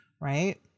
right